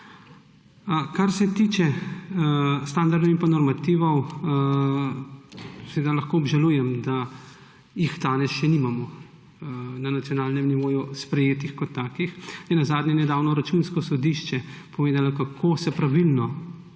Kar se tiče standardov in normativov, seveda lahko obžalujem, da jih danes še nimamo na nacionalnem nivoju sprejetih kot takih. Nenazadnje je nedavno Računsko sodišče povedalo, kako se pravilno